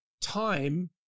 time